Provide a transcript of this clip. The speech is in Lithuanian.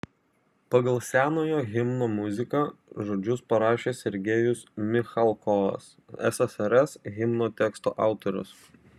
pagal senojo himno muziką žodžius parašė sergejus michalkovas ssrs himno teksto autorius